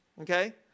okay